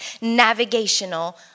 navigational